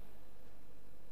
אני רוצה שנזכור.